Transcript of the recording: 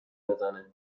بزنه